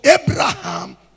Abraham